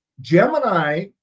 Gemini